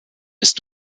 ist